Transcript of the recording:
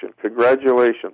Congratulations